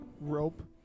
rope